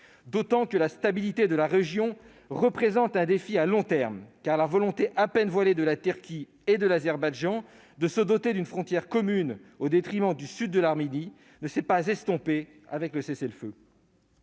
d'autant que la stabilité de la région représente un défi à long terme, car la volonté à peine voilée de la Turquie et de l'Azerbaïdjan de se doter d'une frontière commune, au détriment du sud de l'Arménie, ne s'est pas estompée avec le cessez-le-feu.